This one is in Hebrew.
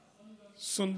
נכון.